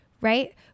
Right